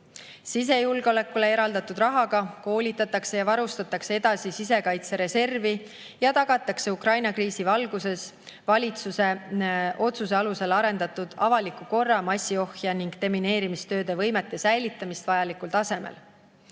Sisejulgeolekule eraldatud rahaga koolitatakse ja varustatakse edasi sisekaitsereservi ja tagatakse Ukraina kriisi valguses valitsuse otsuse alusel arendatud avaliku korra, massiohje ning demineerimistööde võimete säilitamine vajalikul tasemel.